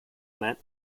met